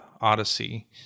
odyssey